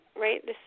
right